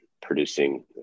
producing